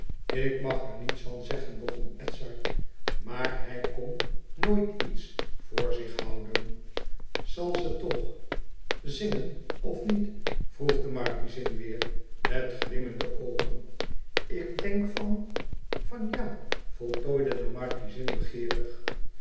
ik mag er niets van zeggen begon edzard maar hij kon nooit iets voor zich houden zal ze toch zingen of niet vroeg de markiezin weêr met glimmende oogen ik denk van van ja voltooide de markiezin